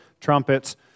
trumpets